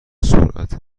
سرعت